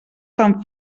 fan